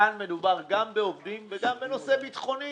כאן מדובר גם בעובדים וגם בנושא ביטחוני.